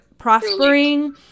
prospering